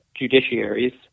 judiciaries